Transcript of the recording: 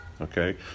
okay